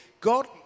God